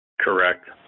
Correct